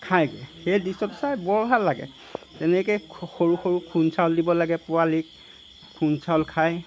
খায় সেই দৃশ্যটো চাই বৰ ভাল লাগে তেনেকৈ সৰু সৰু খুন্দ চাউল দিব লাগে পোৱালিক খুন্দ চাউল খায়